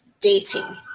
dating